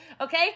Okay